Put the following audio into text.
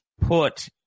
put